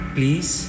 Please